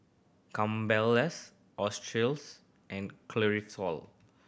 Campbell's Australis and Cristofori